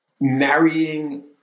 marrying